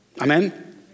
Amen